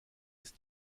ist